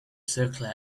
circular